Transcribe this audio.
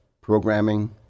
programming